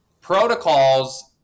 protocols